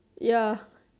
ya